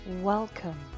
Welcome